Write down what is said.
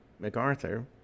MacArthur